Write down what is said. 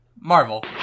Marvel